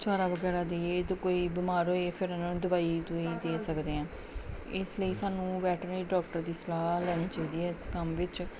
ਚਾਰਾ ਵਗੈਰਾ ਦੇ ਅਤੇ ਕੋਈ ਬਿਮਾਰ ਹੋਏ ਫਿਰ ਉਹਨਾਂ ਨੂੰ ਦਵਾਈ ਦਵੁਈ ਦੇ ਸਕਦੇ ਹਾਂ ਇਸ ਲਈ ਸਾਨੂੰ ਵੈਟਰਨਰੀ ਡਾਕਟਰ ਦੀ ਸਲਾਹ ਲੈਣੀ ਚਾਹੀਦੀ ਹੈ ਇਸ ਕੰਮ ਵਿੱਚ